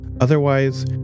Otherwise